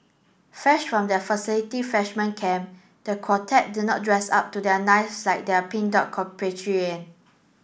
fresh from their facility freshman camp the quartet did not dress up to their nines like their Pink Dot compatriot